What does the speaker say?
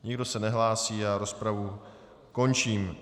Nikdo se nehlásí, rozpravu končím.